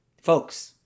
folks